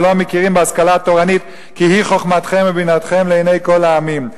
ולא מכירים בהשכלה התורנית כי היא חוכמתכם ובינתכם לעיני כל העמים.